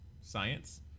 science